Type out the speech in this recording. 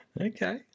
Okay